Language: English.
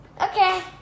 Okay